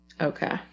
okay